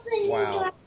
wow